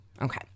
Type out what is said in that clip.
Okay